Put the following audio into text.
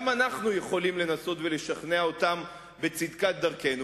גם אנחנו יכולים לנסות ולשכנע אותם בצדקת דרכנו.